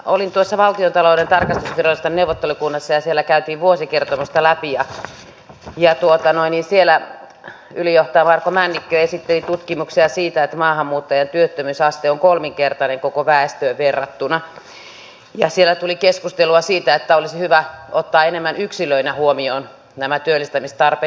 olin tuossa valtiontalouden tarkastusviraston neuvottelukunnassa ja siellä käytiin vuosikertomusta läpi ja siellä ylijohtaja marko männikkö esitteli tutkimuksia siitä että maahanmuuttajien työttömyysaste on kolminkertainen koko väestöön verrattuna ja siellä tuli keskustelua siitä että olisi hyvä ottaa enemmän yksilöinä huomioon nämä työllistämistarpeet